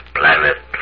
planet